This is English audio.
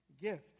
gift